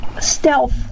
stealth